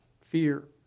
fear